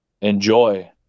Enjoy